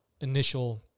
initial